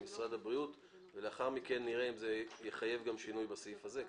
משרד הבריאות ולאחר מכן נראה אם זה יחייב גם שינוי בסעיף הזה.